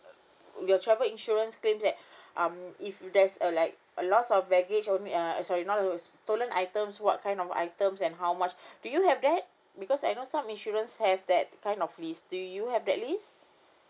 your travel insurance claim that um if there's a like a loss of baggage only uh sorry not a loss stolen items what kind of items and how much do you have that because I know some insurance have that kind of list do you have that list